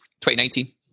2019